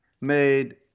made